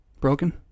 broken